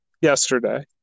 yesterday